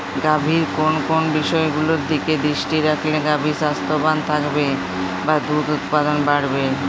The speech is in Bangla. গাভীর কোন কোন বিষয়গুলোর দিকে দৃষ্টি রাখলে গাভী স্বাস্থ্যবান থাকবে বা দুধ উৎপাদন বাড়বে?